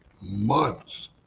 months